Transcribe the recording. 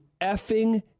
effing